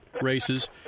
races